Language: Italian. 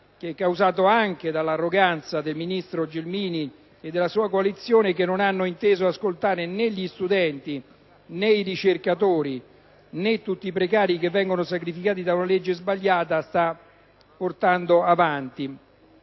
causato anche dall’arroganza del ministro Gelmini e della sua coalizione, che non hanno inteso ascoltare ne´ gli studenti, ne´ i ricercatori, ne´ tutti i precari che vengono sacrificati da una legge sbagliata, sta portando avanti.